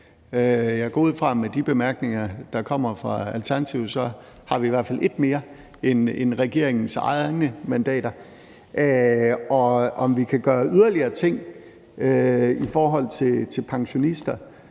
Jeg går ud fra, at med de bemærkninger, der kommer fra Alternativet, så har vi i hvert fald et mandat mere end regeringens egne mandater. Om vi kan gøre yderligere ting i forhold til pensionister